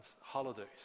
holidays